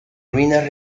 ruinas